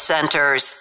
Centers